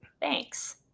Thanks